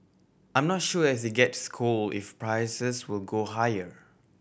I'm not sure as it gets cold if prices will go higher